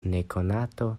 nekonato